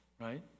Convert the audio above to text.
right